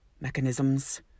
mechanisms